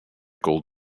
called